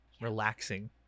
relaxing